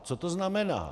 Co to znamená?